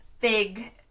big